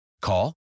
Call